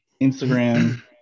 Instagram